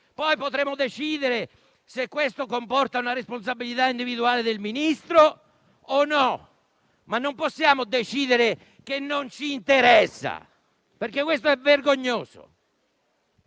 Poi potremo decidere se questo comporta una responsabilità individuale del Ministro oppure no, ma non possiamo decidere che non ci interessa, perché questo è vergognoso!